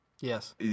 Yes